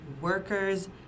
workers